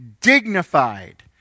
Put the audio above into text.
dignified